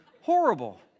horrible